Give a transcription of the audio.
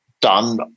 done